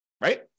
right